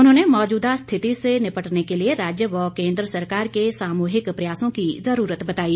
उन्होंने मौजूदा स्थिति से निपटने के लिए राज्य व केंद्र सरकार के सामूहिक प्रयासों की जरूरत बताई